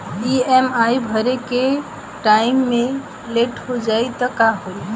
EMI भरे के time मे लेट हो जायी त का होई?